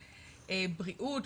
בריאות,